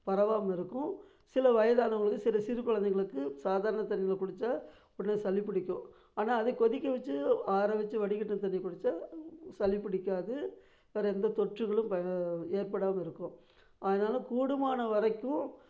பரவாமல் இருக்கும் சில வயதானவங்களுக்கு சிறு சிறு குழந்தைகளுக்கு சாதாரண தண்ணியில் குடிச்சால் உடனே சளி புடிக்கும் ஆனால் அதே கொதிக்க வச்சு ஆற வச்சு வடிகட்டின தண்ணிய குடிச்சால் சளி பிடிக்காது வேற எந்த தொற்றுகளும் ப ஏற்படாமல் இருக்கும் அதனால கூடுமானம் வரைக்கும்